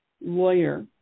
lawyer